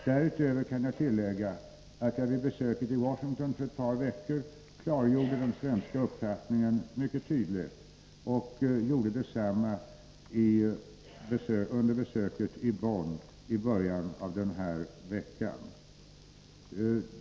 Därutöver kan jag tillägga att jag vid besöket i Washington för ett par veckor sedan klargjorde den svenska uppfattningen mycket tydligt och att jag gjorde detsamma vid besöket i Bonn i början av den här veckan.